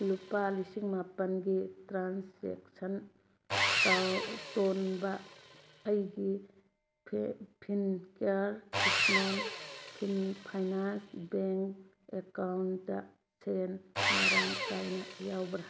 ꯂꯨꯄꯥ ꯂꯤꯁꯤꯡ ꯃꯥꯄꯜꯒꯤ ꯇ꯭ꯔꯥꯟꯁꯦꯛꯁꯟ ꯇꯣꯟꯕ ꯑꯩꯒꯤ Fincare small fin finance bank account ꯁꯦꯜ ꯃꯔꯥꯡ ꯀꯥꯏꯅ ꯌꯥꯎꯕ꯭ꯔꯥ